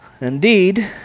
Indeed